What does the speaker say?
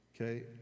okay